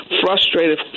frustrated